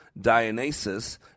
Dionysus